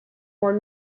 molt